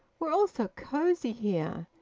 we're all so cosy here.